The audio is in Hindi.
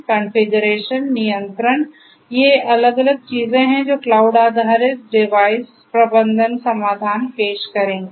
कॉन्फ़िगरेशन नियंत्रण ये अलग अलग चीजें हैं जो क्लाउड आधारित डिवाइस प्रबंधन समाधान पेश करेंगे